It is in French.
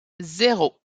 zéro